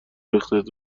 ریختت